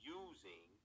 using